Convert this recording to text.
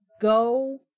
go